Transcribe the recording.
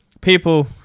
people